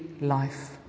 life